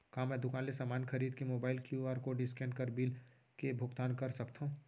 का मैं दुकान ले समान खरीद के मोबाइल क्यू.आर कोड स्कैन कर बिल के भुगतान कर सकथव?